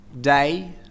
day